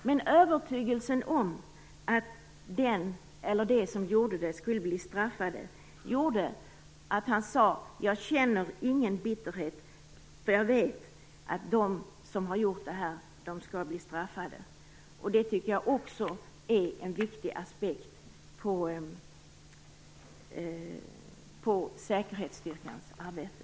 Men övertygelsen om att den eller de som gjorde detta skulle bli straffade gjorde att han sade: Jag känner ingen bitterhet. Jag vet att de som har gjort detta skall bli straffade. Jag tycker att det också är en viktig aspekt på säkerhetsstyrkans arbete.